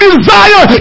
desire